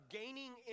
gaining